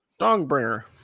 dongbringer